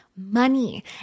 money